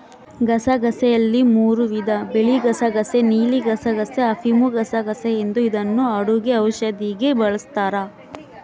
ಗಸಗಸೆಯಲ್ಲಿ ಮೂರೂ ವಿಧ ಬಿಳಿಗಸಗಸೆ ನೀಲಿಗಸಗಸೆ, ಅಫಿಮುಗಸಗಸೆ ಎಂದು ಇದನ್ನು ಅಡುಗೆ ಔಷಧಿಗೆ ಬಳಸ್ತಾರ